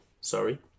Sorry